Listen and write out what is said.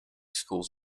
schools